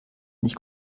nicht